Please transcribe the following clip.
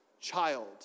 child